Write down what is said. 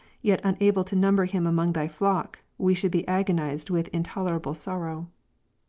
yet unable to number him among thy flock, we should be agonized with intolei'able sorrow.